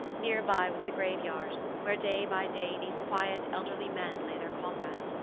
near by was the grave-yard, where day by day these quiet elderly men lay their comrades,